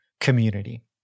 community